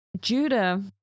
Judah